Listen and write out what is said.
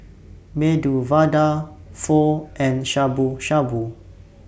Medu Vada Pho and Shabu Shabu